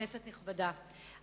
כנסת נכבדה,